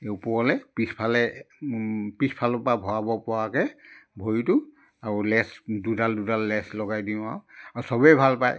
ওপৰলে পিছফালে পিছফালৰ পৰা ভৰাব পৰাকৈ ভৰিটো আৰু লেচ দুডাল দুডাল লেচ লগাই দিওঁ আৰু আৰু চবেই ভাল পায়